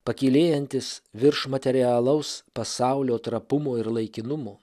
pakylėjantis virš materialaus pasaulio trapumo ir laikinumo